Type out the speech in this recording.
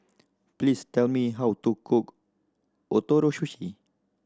please tell me how to cook Ootoro Sushi